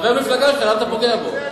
חבר מפלגה שלך, למה אתה פוגע בו?